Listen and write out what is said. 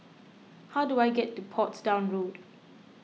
how do I get to Portsdown Road